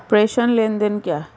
प्रेषण लेनदेन क्या है?